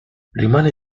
rimane